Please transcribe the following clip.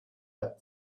had